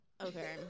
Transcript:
Okay